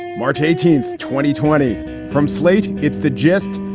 and march eighteenth, twenty twenty from slate. it's the gist.